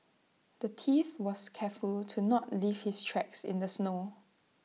the thief was careful to not leave his tracks in the snow